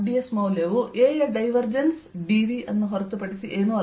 ds ಮೌಲ್ಯವು A ಯ divergence dV ಅನ್ನು ಹೊರತುಪಡಿಸಿ ಏನೂ ಅಲ್ಲ